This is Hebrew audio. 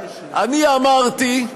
אני אמרתי,